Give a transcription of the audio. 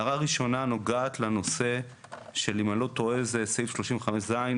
ההערה הראשונה נוגעת לנושא של אם אני לא טועה זה סעיף 35 ז',